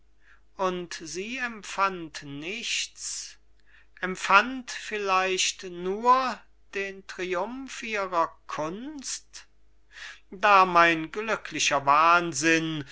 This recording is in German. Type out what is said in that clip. augen und sie empfand nichts empfand vielleicht nur den triumph ihrer kunst da mein glücklicher wahnsinn